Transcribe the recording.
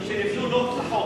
זה ישנו בתשתיות,